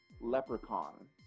Leprechaun